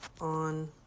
on